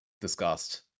discussed